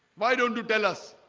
why don't you tell us